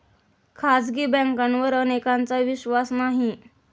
खाजगी बँकांवर अनेकांचा विश्वास नाही